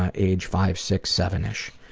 ah age five, six, sevenish.